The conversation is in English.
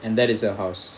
and that is her house